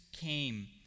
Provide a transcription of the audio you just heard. came